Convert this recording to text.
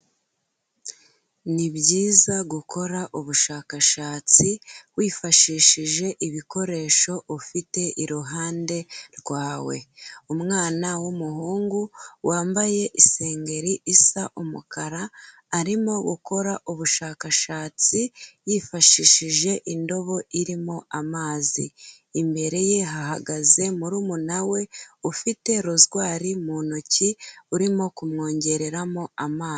Ni byiza gukora ubushakashatsi wifashishije ibikoresho ufite iruhande rwawe. Umwana w'umuhungu wambaye isengeri isa umukara, arimo gukora ubushakashatsi yifashishije indobo irimo amazi. Imbere ye hahagaze murumuna we ufite rozwari mu ntoki urimo kumwongereramo amazi.